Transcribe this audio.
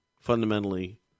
fundamentally